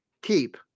Keep